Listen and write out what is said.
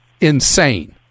insane